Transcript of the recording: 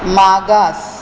मागास